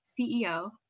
CEO